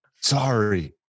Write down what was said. Sorry